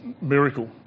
miracle